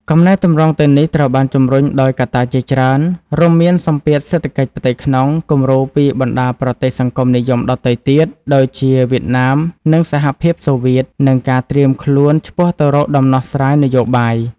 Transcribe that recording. កំណែទម្រង់ទាំងនេះត្រូវបានជំរុញដោយកត្តាជាច្រើន រួមមានសម្ពាធសេដ្ឋកិច្ចផ្ទៃក្នុង គំរូពីបណ្ដាប្រទេសសង្គមនិយមដទៃទៀត ដូចជាវៀតណាម និងសហភាពសូវៀត និងការត្រៀមខ្លួនឆ្ពោះទៅរកដំណោះស្រាយនយោបាយ ។